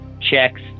checks